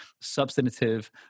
substantive